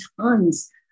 tons